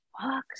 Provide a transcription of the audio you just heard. fucks